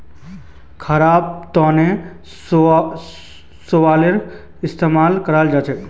खाबार तनों शैवालेर इस्तेमाल कराल जाछेक